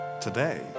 today